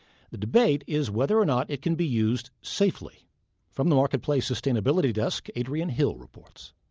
the debate is whether or not it can be used safely from the marketplace sustainability desk, adriene hill reports